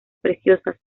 preciosas